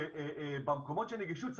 שבמקומות של נגישות,